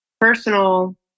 personal